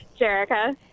Jerrica